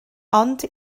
ond